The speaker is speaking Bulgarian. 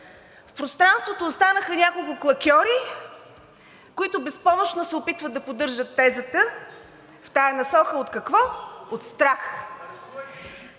В пространството останаха няколко клакьори, които безпомощно се опитват да поддържат тезата в тази насока от какво – от страх!